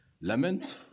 Lament